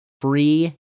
free